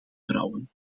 vrouwen